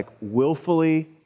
willfully